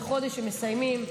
זה חודש שבו מסיימים.